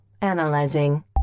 Analyzing